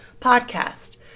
podcast